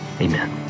Amen